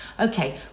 okay